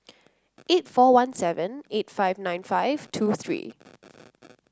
eight four one seven eight five nine five two three